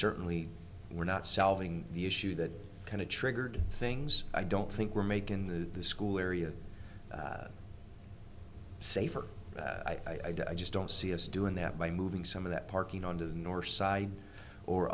certainly were not solving the issue that kind of triggered things i don't think we're making the school area safer i just don't see us doing that by moving some of that parking onto the north side or